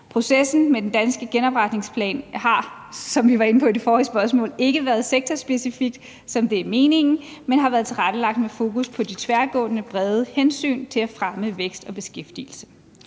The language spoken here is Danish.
inde på i det forrige spørgsmål, ikke været sektorspecifik, som det er meningen, men har været tilrettelagt med fokus på de tværgående brede hensyn til at fremme vækst og beskæftigelse.